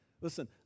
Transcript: Listen